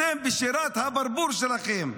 אתם בשירת הברבור שלכם.